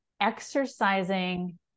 exercising